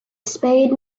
spade